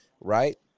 Right